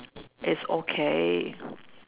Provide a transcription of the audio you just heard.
it's okay